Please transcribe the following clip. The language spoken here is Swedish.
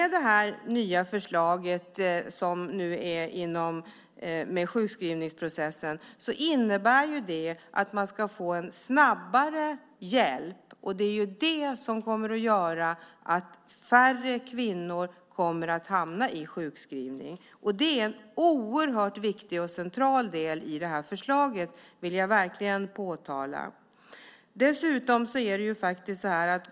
Det nya förslaget inom sjukvårdsprocessen innebär att man ska få en snabbare hjälp. Det kommer att göra att färre kvinnor hamnar i sjukskrivning. Det är en oerhört viktig och central del i förslaget. Det vill jag understryka.